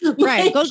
Right